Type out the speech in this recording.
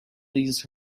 these